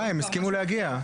אה, הם הסכימו להגיע.